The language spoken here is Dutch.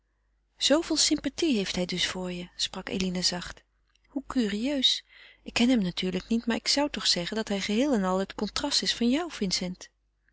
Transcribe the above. zooveel sympathie heeft hij dus voor je sprak eline zacht hoe curieus ik ken hem natuurlijk niet maar ik zou toch zeggen dat hij geheel en al het contrast is van jou vincent